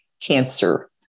cancer